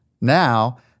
Now